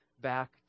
back